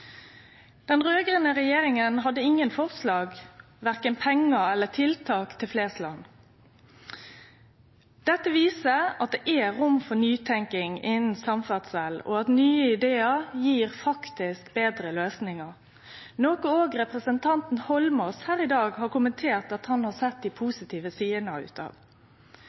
Den raud-grøne regjeringa hadde ingen forslag – og korkje pengar eller tiltak – til Flesland. Dette viser at det er rom for nytenking innanfor samferdsle, og at nye idear faktisk gjev betre løysingar, noko òg representanten Eidsvoll Holmås her i dag har kommentert at han har sett dei positive sidene